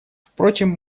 впрочем